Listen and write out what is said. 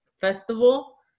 festival